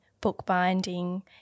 bookbinding